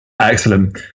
excellent